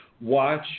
Watch